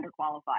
underqualified